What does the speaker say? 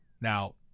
Now